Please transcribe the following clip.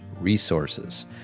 resources